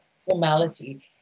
formality